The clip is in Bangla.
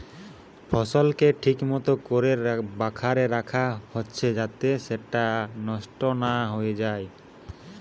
ফসলকে ঠিক মতো কোরে বাখারে রাখা হচ্ছে যাতে সেটা নষ্ট না হয়ে যায়